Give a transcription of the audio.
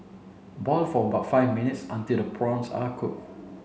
boil for about five minutes until the prawns are cooked